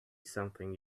something